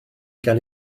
gael